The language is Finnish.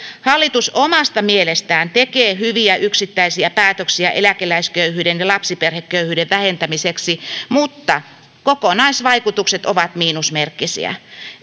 hallitus omasta mielestään tekee hyviä yksittäisiä päätöksiä eläkeläisköyhyyden ja lapsiperheköyhyyden vähentämiseksi mutta kokonaisvaikutukset ovat miinusmerkkisiä